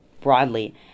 broadly